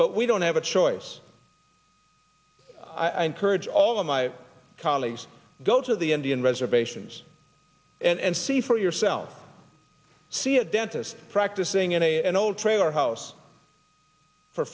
but we don't have a choice urge all of my colleagues go to the indian reservations and see for yourself see a dentist practicing in an old trailer house for